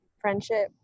friendship